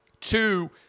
Two